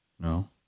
No